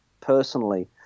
personally